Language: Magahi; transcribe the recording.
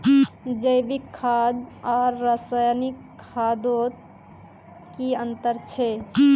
जैविक खाद आर रासायनिक खादोत की अंतर छे?